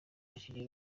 abakinnyi